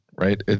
right